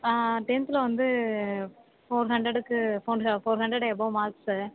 டென்த்தில் வந்து ஃபோர் ஹண்ரடுக்கு four hundred above mark sir